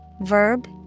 verb